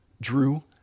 Drew